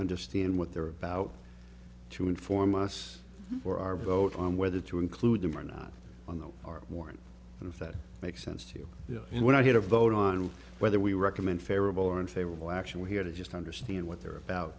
understand what they're about to inform us for our vote on whether to include them or not on the our war and if that makes sense to you and when i get a vote on whether we recommend favorable or unfavorable action we're here to just understand what they're about